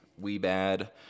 WeBad